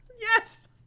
Yes